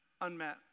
unmet